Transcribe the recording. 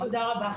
תודה רבה.